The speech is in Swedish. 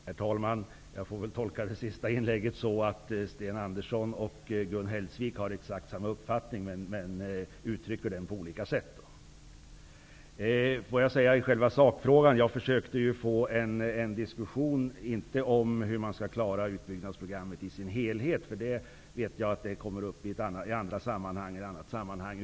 Herr talman! Jag tolkar det avslutande inlägget så, att Sten Andersson och Gun Hellsvik har exakt samma uppfattning, men att de uttrycker den på olika sätt. Jag försökte inte att få till stånd en diskussion om hur utbyggnadsprogrammet i sin helhet skall kunna klaras -- jag vet att den frågan kommer upp i ett annat sammanhang.